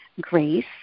Grace